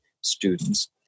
students